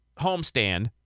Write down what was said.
homestand